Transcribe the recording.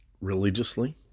religiously